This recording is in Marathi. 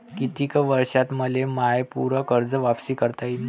कितीक वर्षात मले माय पूर कर्ज वापिस करता येईन?